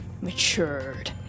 matured